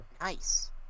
Nice